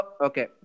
Okay